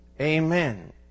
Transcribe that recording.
amen